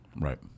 Right